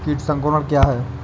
कीट संक्रमण क्या है?